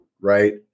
right